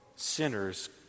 Sinners